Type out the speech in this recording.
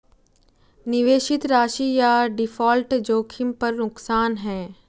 निवेशित राशि या डिफ़ॉल्ट जोखिम पर नुकसान है